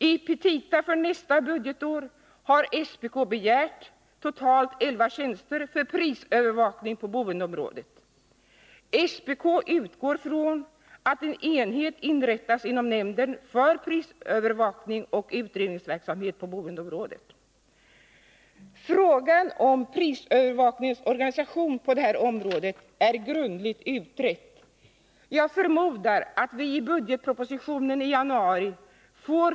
I petita för nästa budgetår har Fredagen den SPK begärt totalt elva tjänster för prisövervakning på boendeområdet. SPK 12 december 1980 utgår från att en enhet inrättas inom nämnden för prisövervakning och utredningsverksamhet för boendeområdet. Besparingar i Frågan om prisövervakningens organisation på det här området är statsverksamheten, grundligt utredd. Jag förmodar att vi i budgetpropositionen i januari får mm m.